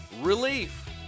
Relief